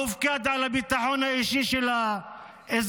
המופקד על הביטחון האישי של האזרחים.